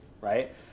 right